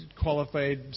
qualified